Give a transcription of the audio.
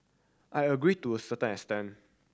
I agree to a certain extent